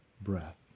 breath